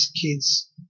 kids